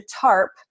tarp